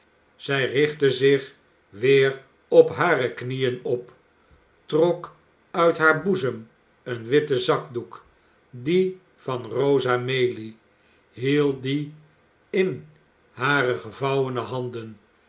zij richtte zich weer op hare knieën op trok uit haar boezem een witten zakdoek dien van rosa maylie hield dien in hare gevouwene handen